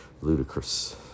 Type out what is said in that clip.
ludicrous